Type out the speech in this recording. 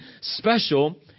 special